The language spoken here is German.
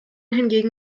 hingegen